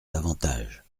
davantage